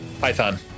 python